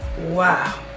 Wow